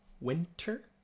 winter